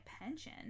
pension